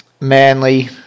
Manly